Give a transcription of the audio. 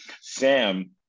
Sam